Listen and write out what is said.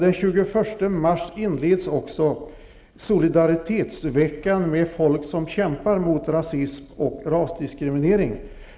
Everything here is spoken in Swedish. Den 21 mars inleds också veckan för solidaritet med folk som kämpar mot rasism och rasdiskriminering.